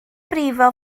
brifo